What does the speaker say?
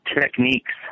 techniques